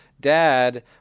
dad